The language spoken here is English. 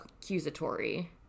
accusatory